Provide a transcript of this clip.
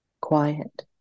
quiet